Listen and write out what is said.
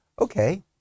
okay